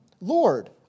Lord